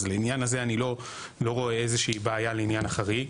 אז לעניין הזה אני לא רואה איזה שהיא בעיה לעניין החריג.